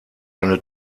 eine